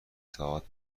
تئاتر